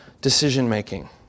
decision-making